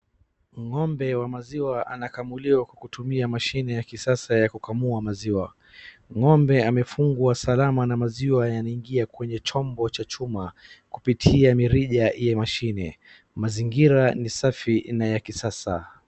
Ng'ombe wa maziwa anakamuliwa kwa kutumia mashine ya kisasa ya kukamua maziwa. Ng'ombe amefungwa salama na maziwa yanaingia kwenye chombo cha chuma kupita mirija ya mashine . Mazingira ni safi na ya kisasa.